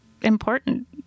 important